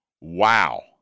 Wow